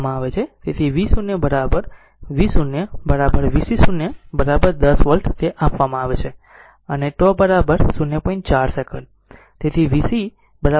તેથી v 0 v 0 v c 0 10 volt તે આપવામાં આવે છે અને τ 0